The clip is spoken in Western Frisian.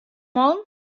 man